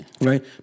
Right